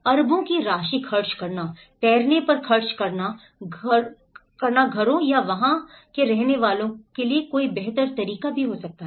अरबों की राशि खर्च करना तैरने पर खर्च करना घरों या वहाँ यह करने के लिए कोई बेहतर तरीका है